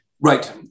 Right